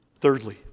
Thirdly